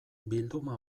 bilduma